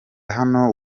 hano